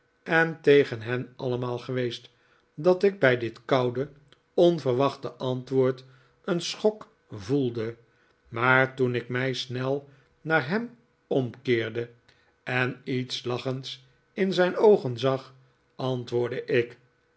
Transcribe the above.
en tegen hen allemaal geweest dat ik bij dit koude onverwachte aritwoord een schok voelde maar toen ik mij snel naar hem omkeerde en iets lachends in zijn oogen zag antwoordde ik